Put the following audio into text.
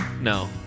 No